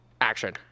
action